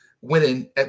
winning